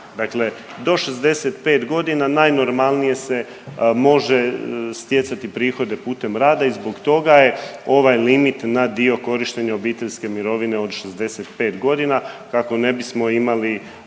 dakle do 65.g. najnormalnije se može stjecati prihode putem rada i zbog toga je ovaj limit na dio korištenja obiteljske mirovine od 65 godina kako ne bismo imali